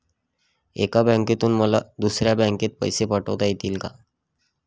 एका बँकेतून मला दुसऱ्या बँकेत पैसे पाठवता येतील का?